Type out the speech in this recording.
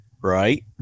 right